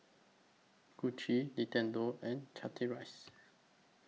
Gucci Nintendo and Chateraise